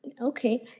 Okay